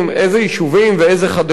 איזה יישובים ואיזה חדשים?